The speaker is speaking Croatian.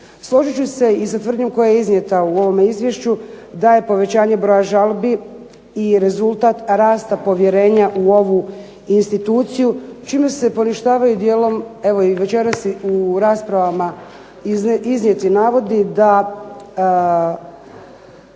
Složit ću se i sa tvrdnjom koja je iznijeta u ovome izvješću da je povećanje broja žalbi i rezultat rasta povjerenja u ovu instituciju čime se poništavaju dijelom, evo i večeras u raspravama iznijeti navodi da